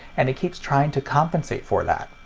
and it keeps trying to compensate for that.